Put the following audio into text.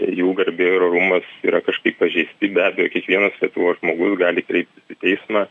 jų garbė ir orumas yra kažkaip pažeisti be abejo kiekvienas lietuvos žmogus gali kreiptis į teismą